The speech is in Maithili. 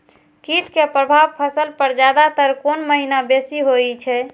कीट के प्रभाव फसल पर ज्यादा तर कोन महीना बेसी होई छै?